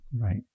right